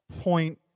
point